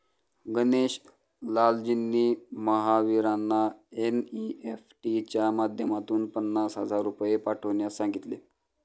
गणेश लालजींनी महावीरांना एन.ई.एफ.टी च्या माध्यमातून पन्नास हजार रुपये पाठवण्यास सांगितले